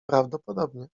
prawdopodobnie